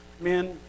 men